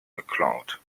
geklaut